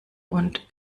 und